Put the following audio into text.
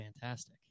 fantastic